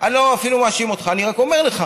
אני לא אפילו מאשים אותך, אני רק אומר לך